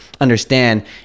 understand